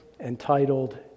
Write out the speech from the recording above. entitled